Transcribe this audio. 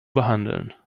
behandeln